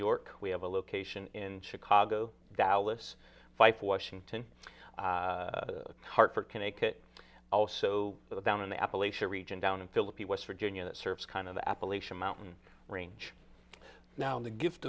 york we have a location in chicago dallas fife washington hartford connecticut also down in the appalachian region down in philippi west virginia that serves kind of the appalachian mountain range now and the gift